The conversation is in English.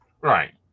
Right